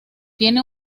tiene